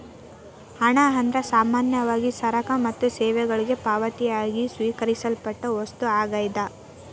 ಹಣ ಅಂದ್ರ ಸಾಮಾನ್ಯವಾಗಿ ಸರಕ ಮತ್ತ ಸೇವೆಗಳಿಗೆ ಪಾವತಿಯಾಗಿ ಸ್ವೇಕರಿಸಲ್ಪಟ್ಟ ವಸ್ತು ಆಗ್ಯಾದ